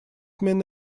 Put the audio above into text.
mean